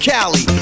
Cali